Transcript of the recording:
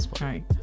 right